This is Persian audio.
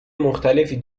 مختلف